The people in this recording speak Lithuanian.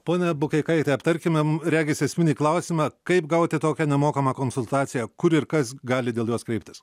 pone bukeikaite aptarkime regis esminį klausimą kaip gauti tokią nemokamą konsultaciją kur ir kas gali dėl jos kreiptis